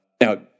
Now